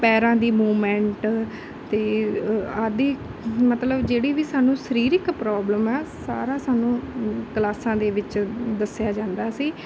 ਪੈਰਾਂ ਦੀ ਮੂਵਮੈਂਟ ਅਤੇ ਆਦਿ ਮਤਲਬ ਜਿਹੜੀ ਵੀ ਸਾਨੂੰ ਸਰੀਰਿਕ ਪ੍ਰੋਬਲਮ ਆ ਸਾਰਾ ਸਾਨੂੰ ਕਲਾਸਾਂ ਦੇ ਵਿੱਚ ਦੱਸਿਆ ਜਾਂਦਾ ਸੀ